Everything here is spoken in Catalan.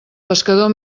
pescador